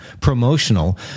promotional